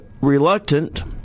reluctant